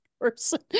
person